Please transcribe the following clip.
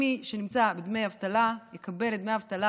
מי שנמצא בדמי אבטלה יקבל את דמי האבטלה,